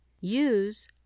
use